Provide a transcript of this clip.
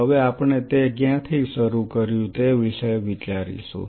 હવે આપણે તે ક્યાંથી શરૂ કર્યું તે વિશે વિચારીશુ